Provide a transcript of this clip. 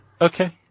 Okay